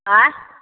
ऑंय